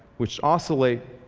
which oscillate,